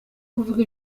kuvuga